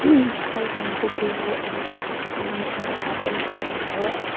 सावधानी चाहिँ त्यही हो अब हाम्रो अगाडि एप्रोन लगाउनु पर्यो